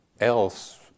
else